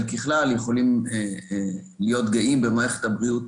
ככלל יכולים להיות גאים במערכת הבריאות